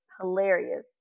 hilarious